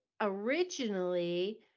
originally